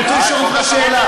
אני רוצה לשאול אותך שאלה.